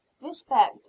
respect